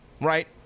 right